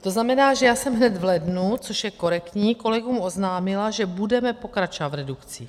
To znamená, že já jsem hned v lednu, což je korektní, kolegům oznámila, že budeme pokračovat v redukcích.